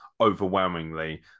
overwhelmingly